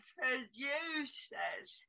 producers